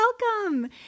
Welcome